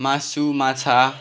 मासु माछा